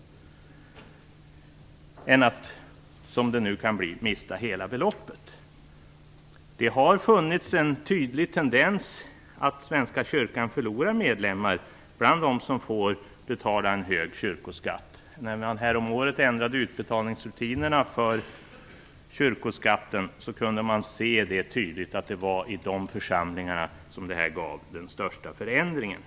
Nu kanske man mister hela beloppet. Det har varit en tydlig tendens att Svenska kyrkan förlorar medlemmar bland dem som får betala en hög kyrkoskatt. När man häromåret ändrade utbetalningsrutinerna för kyrkoskatten kunde man tydligt se att det var dessa församlingar som hade den största förändringen.